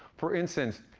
for instance,